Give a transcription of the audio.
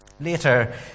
Later